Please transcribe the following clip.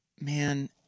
man